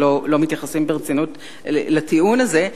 שמתייחסים ברצינות לטיעון הזה.